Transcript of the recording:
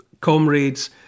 comrades